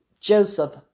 Joseph